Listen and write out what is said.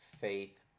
faith